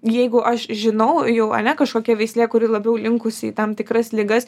jeigu aš žinau jau ane kažkokia veislė kuri labiau linkusi į tam tikras ligas